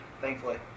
thankfully